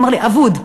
הוא אמר לי: אבוד,